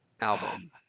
album